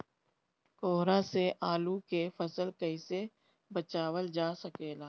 कोहरा से आलू के फसल कईसे बचावल जा सकेला?